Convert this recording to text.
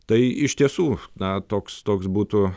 tai iš tiesų na toks toks būtų